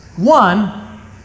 One